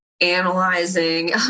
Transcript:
analyzing